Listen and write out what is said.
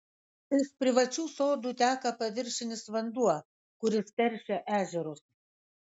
iš privačių sodų teka paviršinis vanduo kuris teršia ežerus